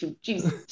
Jesus